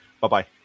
Bye-bye